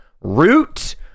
root